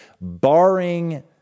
barring